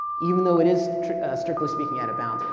even though it is strictly speaking, out of bounds.